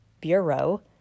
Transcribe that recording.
Bureau